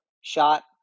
shot